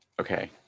Okay